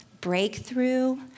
breakthrough